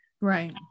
Right